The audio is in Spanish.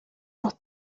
los